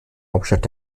hauptstadt